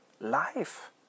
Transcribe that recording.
life